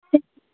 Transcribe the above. சரி